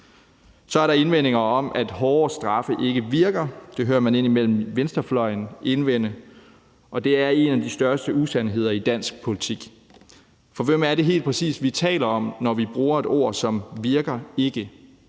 Så er der indvendinger om, at hårdere straffe ikke virker. Det hører man indimellem venstrefløjen indvende, og det er en af de største usandheder i dansk politik. For hvem er det helt præcis, vi taler om, når vi bruger ord som »virker ikke«.